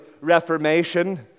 reformation